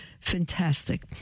Fantastic